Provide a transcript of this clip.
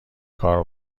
کار